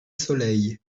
soleil